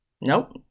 Nope